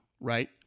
right